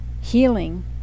healing